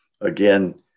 again